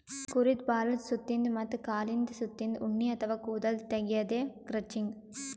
ಕುರಿದ್ ಬಾಲದ್ ಸುತ್ತಿನ್ದ ಮತ್ತ್ ಕಾಲಿಂದ್ ಸುತ್ತಿನ್ದ ಉಣ್ಣಿ ಅಥವಾ ಕೂದಲ್ ತೆಗ್ಯದೆ ಕ್ರಚಿಂಗ್